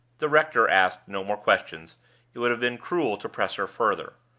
the rector asked no more questions it would have been cruel to press her further.